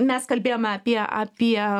mes kalbėjome apie apie